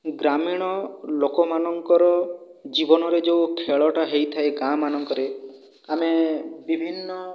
ଗ୍ରାମୀଣ ଲୋକମାନଙ୍କର ଜୀବନରେ ଯେଉଁ ଖେଳଟା ହେଇଥାଏ ଗାଁମାନଙ୍କରେ ଆମେ ବିଭିନ୍ନ